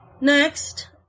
Next